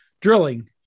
drilling